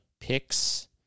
picks